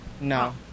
No